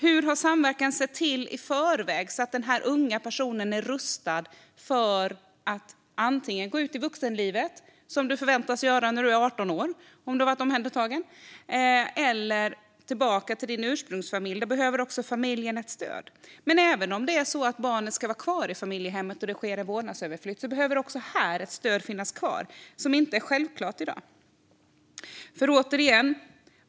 Hur har samverkan sett ut i förväg så att den unga är rustad för att antingen gå ut i vuxenlivet vid 18 års ålder eller återvända till sin ursprungsfamilj? I det senare fallet behöver även familjen stöd. Men även om barnet ska vara kvar i familjehemmet och det sker en vårdnadsöverflytt behöver det också finnas kvar ett stöd som inte är självklart i dag.